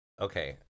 Okay